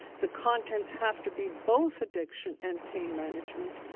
the contents have to be both addiction and pain management.